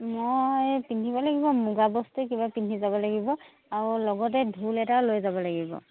মই পিন্ধিব লাগিব মুগা বস্তুৱে কিবা পিন্ধি যাব লাগিব আৰু লগতে ঢোল এটা লৈ যাব লাগিব